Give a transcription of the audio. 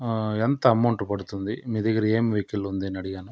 ఎంత అమౌంట్ పడుతుంది మీ దగ్గర ఏం వెహికల్ ఉంది అని అడిగాను